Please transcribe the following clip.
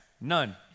none